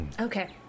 Okay